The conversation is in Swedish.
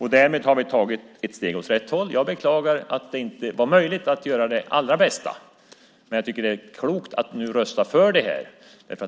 Därmed har vi tagit ett steg åt rätt håll. Jag beklagar att det inte var möjligt att göra det allra bästa. Men jag tycker att det är klokt att rösta för det här.